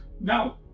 No